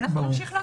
אנחנו נמשיך לעקוב.